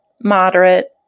moderate